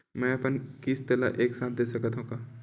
मै अपन किस्त ल एक साथ दे सकत हु का?